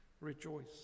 Rejoice